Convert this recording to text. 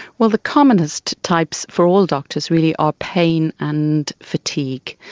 well, the commonest types for all doctors really are pain and fatigue.